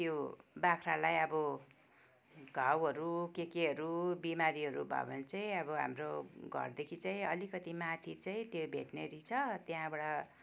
त्यो बाख्रालाई अब घाउहरू के केहरू बिमारीहरू भयो भने चाहिँ अब हाम्रो घरदेखि चाहिँ अलिकति माथि चाहिँ त्यो भेट्रिनेरी छ त्यहाँबाट